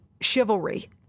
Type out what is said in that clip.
chivalry